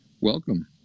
Welcome